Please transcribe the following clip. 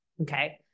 okay